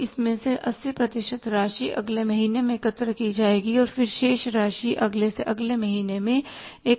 तो इसमें से 80 प्रतिशत राशि अगले महीने में एकत्र की जाएगी और फिर शेष राशि अगले से अगले महीने में एकत्र की जाएगी